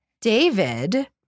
David